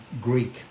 Greek